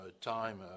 time